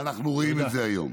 ואנחנו רואים את זה היום.